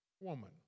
woman